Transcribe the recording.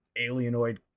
alienoid